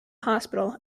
hospital